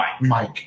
Mike